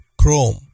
Chrome